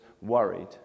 worried